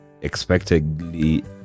expectedly